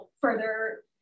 further